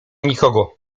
nikogo